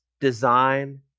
design